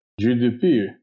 GDP